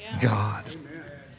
God